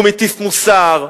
הוא מטיף מוסר,